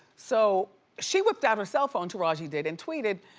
so she whipped out her cellphone, taraji did, and tweeted,